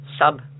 sub